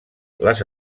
les